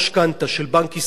אתה צריך לבוא, זוג צעיר,